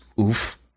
oof